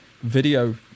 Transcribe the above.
video